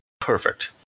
Perfect